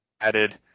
added